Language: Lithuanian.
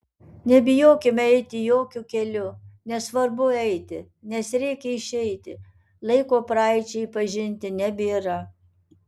nebijokime eiti jokiu keliu nes svarbu eiti nes reikia išeiti laiko praeičiai pažinti nebėra